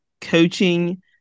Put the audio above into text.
coaching